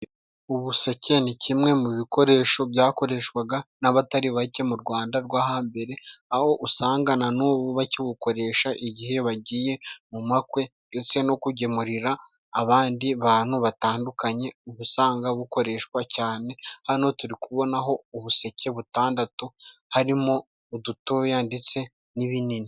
Ubuseke ni kimwe mu bikoresho byakoreshwaga n'abatari bake mu Rwanda rwo hambere, aho usanga na n'ubu bakibukoresha igihe bagiye mu makwe ndetse no kugemurira abandi bantu batandukanye uba usanga bukoreshwa cyane. Hano turi kubonaho ubuseke butandatu harimo udutoya ndetse n'ibinini.